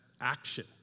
action